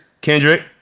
Kendrick